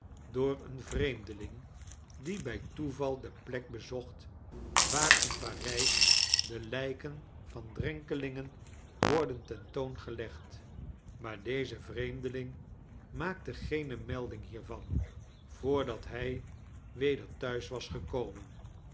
door een vreemdeling die bij toeval de plek bezocht waar in parijs de lijken van drenkelingen worden ten toon gelegd maar deze vreemdeling maakte geene melding hiervan voordat hij weder thuis was gekomen